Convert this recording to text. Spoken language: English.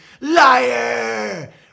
Liar